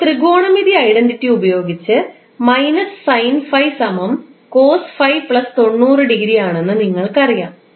ഇപ്പോൾ ത്രികോണമിതി ഐഡന്റിറ്റി ഉപയോഗിച്ച് ആണെന്ന് നിങ്ങൾക്കറിയാം